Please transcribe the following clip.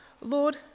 Lord